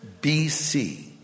BC